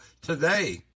today